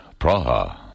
Praha